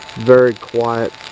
very quiet.